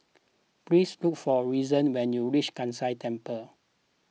please look for reason when you reach Kai San Temple